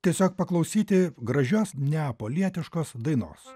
tiesiog paklausyti gražios neapolietiškos dainos